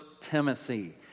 Timothy